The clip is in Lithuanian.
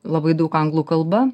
labai daug anglų kalba